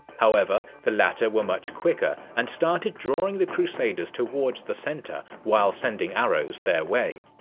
however, the latter were much quicker and started drawing the crusaders towards the center while sending arrows their way.